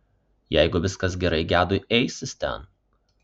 jeigu viskas gerai gedui eisis ten